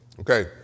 Okay